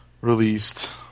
released